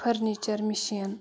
furniture machine